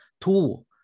two